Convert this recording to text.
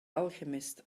alchemist